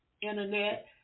internet